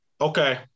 okay